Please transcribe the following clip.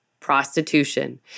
prostitution